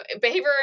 behavior